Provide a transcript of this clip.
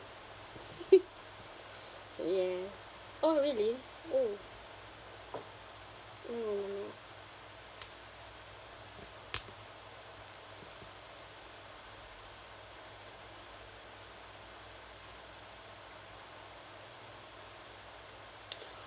oh ya oh really oh mm